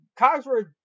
Cogsworth